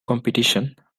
competition